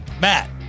Matt